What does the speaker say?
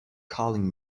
calling